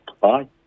Bye